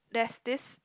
there's this